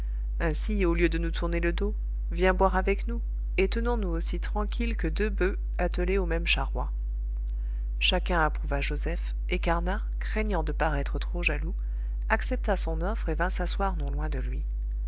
ainsi au lieu de nous tourner le dos viens boire avec nous et tenons-nous aussi tranquilles que deux boeufs attelés au même charroi chacun approuva joseph et carnat craignant de paraître trop jaloux accepta son offre et vint s'asseoir non loin de lui